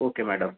okay madam